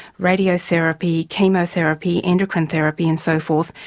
radiotherapy, chemotherapy, endocrine therapy and so forth,